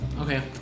Okay